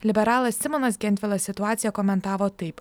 liberalas simonas gentvilas situaciją komentavo taip